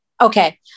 Okay